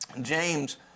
James